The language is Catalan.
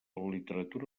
literatura